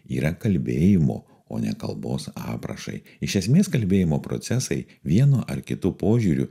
yra kalbėjimo o ne kalbos aprašai iš esmės kalbėjimo procesai vienu ar kitu požiūriu